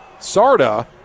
Sarda